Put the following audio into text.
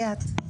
מי את?